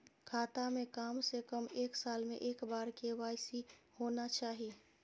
खाता में काम से कम एक साल में एक बार के.वाई.सी होना चाहि?